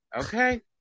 okay